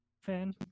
fan